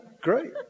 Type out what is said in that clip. Great